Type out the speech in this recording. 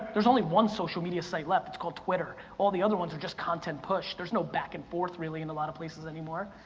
there's only one social media site left. it's called twitter. all the other ones are just content push. there's no back-and-forth really in a lot of places anymore.